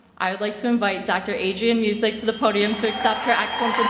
i would like to invite dr. adrianne musick to the podium to accept her excellence